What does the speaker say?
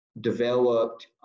developed